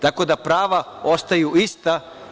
Tako da prava ostaju ista.